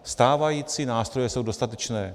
Stávající nástroje jsou dostatečné.